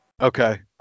Okay